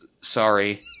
Sorry